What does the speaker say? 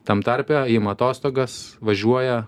tam tarpe ima atostogas važiuoja